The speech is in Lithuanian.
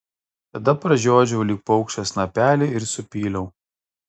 tada pražiodžiau lyg paukščio snapelį ir supyliau